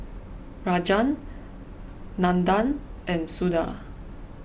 Rajan Nandan and Suda